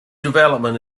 development